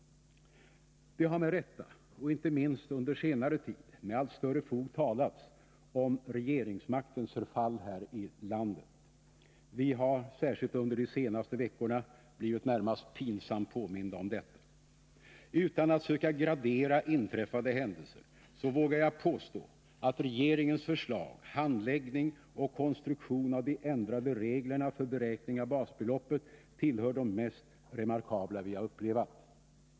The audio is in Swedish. Det har med rätta och inte minst under senare tid med allt större fog talats om regeringsmaktens förfall här i landet. Vi har särskilt under de senaste veckorna blivit närmast pinsamt påminda om detta. Utan att söka gradera inträffade händelser, vågar jag påstå att regeringens förslag, handläggning och konstruktion av de ändrade reglerna för beräkning av basbeloppet tillhör det mest remarkabla vi upplevat.